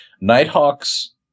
Nighthawk's